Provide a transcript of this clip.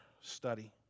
study